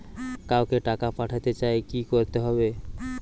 কাউকে টাকা পাঠাতে চাই কি করতে হবে?